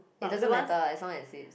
it doesn't matter as long as it's